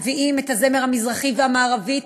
מביאים את הזמר המזרחי והמערבי,